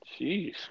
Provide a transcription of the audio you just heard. Jeez